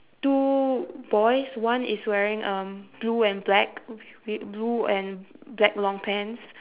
two boys one is wearing um blue and black w~ blue and black long pants